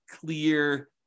clear